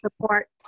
Support